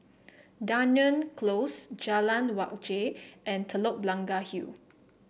Dunearn Close Jalan Wajek and Telok Blangah Hill